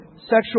sexual